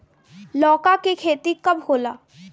लौका के खेती कब होला?